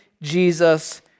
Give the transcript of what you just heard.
Jesus